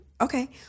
Okay